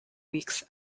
weeks